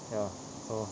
ya so